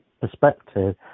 perspective